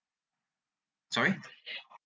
sorry